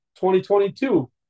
2022